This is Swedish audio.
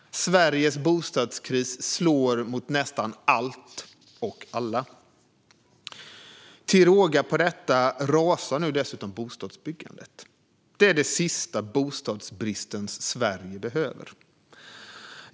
Sveriges bostadskris slår mot nästan allt och alla. Till råga på allt rasar nu dessutom bostadsbyggandet. Det är det sista bostadsbristens Sverige behöver.